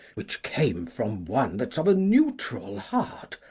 which came from one that's of a neutral heart,